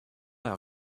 our